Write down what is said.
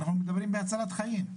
כי אנחנו מדברים בהצלת חיים.